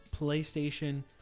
PlayStation